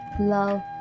love